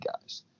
guys